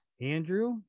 andrew